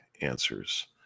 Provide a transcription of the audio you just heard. answers